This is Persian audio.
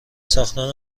ساختن